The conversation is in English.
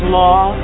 law